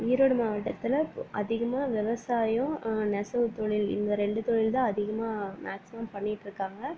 ஈரோடு மாவட்டத்தில் அதிகமாக விவசாயம் நெசவு தொழில் இந்த ரெண்டு தொழில்தான் அதிகமாக மேக்ஸிமம் பண்ணிகிட்ருக்காங்க